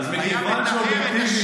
היה מטהר את השרץ,